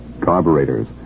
carburetors